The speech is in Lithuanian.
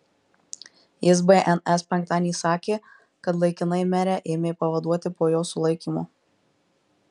jis bns penktadienį sakė kad laikinai merę ėmė pavaduoti po jos sulaikymo